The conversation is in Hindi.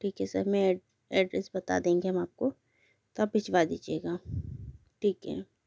ठीक है सर मैं ए ऐड्रेस बता देंगे हम आपको तो आप भिजवा दीजिएगा ठीक है